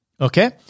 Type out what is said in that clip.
okay